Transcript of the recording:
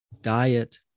diet